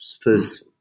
first